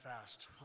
fast